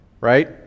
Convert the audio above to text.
right